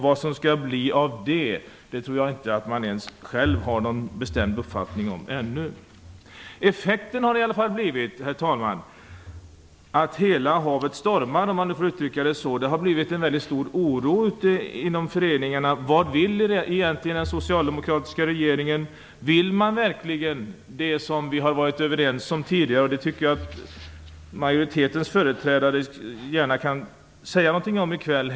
Vad som skall bli resultatet av detta tror jag inte att man ens själv har någon bestämd uppfattning om ännu. Effekten, herr talman, har i alla fall blivit att hela havet stormar. Det har uppstått en väldigt stor oro inom föreningarna. Man frågar sig vad den socialdemokratiska regeringen egentligen vill. Vill regeringen verkligen det som vi har varit överens om tidigare? Majoritetens företrädare i debatten skulle gärna kunna säga något om detta här i kväll.